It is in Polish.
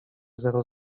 zero